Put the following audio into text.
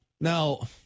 Now